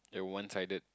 a one sided